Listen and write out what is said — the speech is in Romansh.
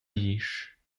glisch